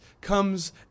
comes